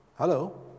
Hello